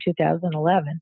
2011